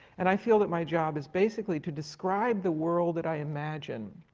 and i feel that my job is basically to describe the world that i imagine,